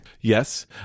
Yes